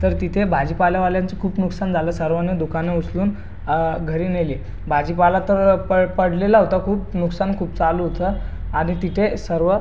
तर तिथे भाजीपालावाल्यांचं खूप नुकसान झालं सर्वांनी दुकानं उचलून घरी नेली भाजीपाला तर पड् पडलेला होता खूप नुकसान खूप चालू होतं आणि तिथे सर्व